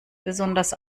besonders